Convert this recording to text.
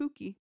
Pookie